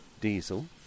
diesel